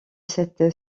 cette